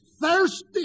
thirsty